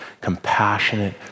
compassionate